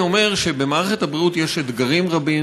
אני אומר שבמערכת הבריאות יש אתגרים רבים,